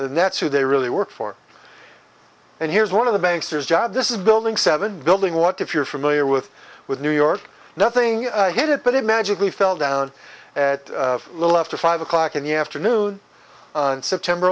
the nets who they really work for and here's one of the banks their job this is building seven building what if you're familiar with with new york nothing hit it but it magically fell down a little after five o'clock in the afternoon on september